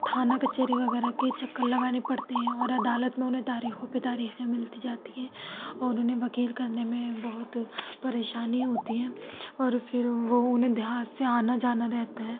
تھانہ کچہری وغیرہ کے چکر لگانے پڑتے ہیں اور عدالت میں انہیں تاریخوں پہ تاریخیں ملتی جاتی ہیں اور انہیں وکیل کرنے میں بہت پریشانی ہوتی ہے اور پھر وہ انہیں دیہات سے آنا جانا رہتا ہے